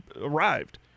arrived